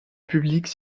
publique